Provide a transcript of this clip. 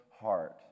heart